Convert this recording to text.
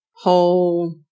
whole